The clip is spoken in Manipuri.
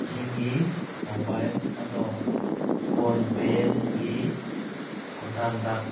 ꯑꯩꯒꯤ ꯃꯣꯕꯥꯏꯜ ꯑꯗꯣ ꯐꯣꯟ ꯄꯦꯒꯤ ꯈꯨꯊꯥꯡꯗ